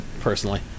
personally